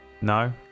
No